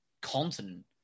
continent